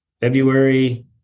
February